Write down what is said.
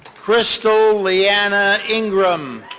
crystal leanna ingram.